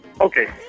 Okay